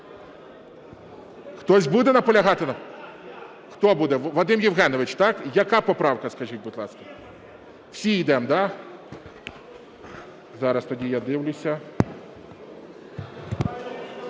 В.Є. Я. ГОЛОВУЮЧИЙ. Хто буде? Вадим Євгенович, так? Яка поправка, скажіть, будь ласка. Всі йдемо, да? Зараз тоді я дивлюся.